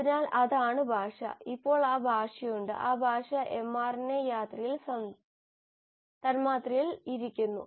അതിനാൽ അതാണ് ഭാഷ ഇപ്പോൾ ആ ഭാഷയുണ്ട് ആ ഭാഷ mRNA തന്മാത്രയിൽ ഇരിക്കുന്നു